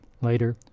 Later